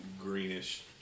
greenish